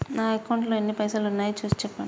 నా అకౌంట్లో ఎన్ని పైసలు ఉన్నాయి చూసి చెప్పండి?